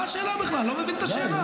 מה השאלה בכלל, אני לא מבין את השאלה.